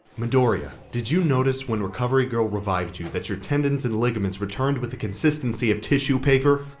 midoriya, did you notice when recovery girl revived you that your tendons and ligaments returned with the consistency of tissue paper?